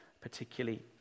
particularly